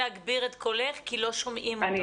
אם תוכלי להגביר את קולך כי לא שומעים אותך טוב.